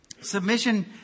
Submission